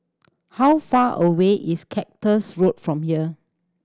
how far away is Cactus Road from here